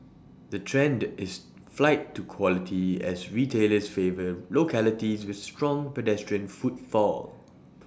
the trend is flight to quality as retailers favour localities with strong pedestrian footfall